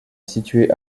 situé